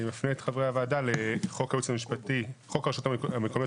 אני מפנה את חברי הוועדה לחוק הרשויות המקומיות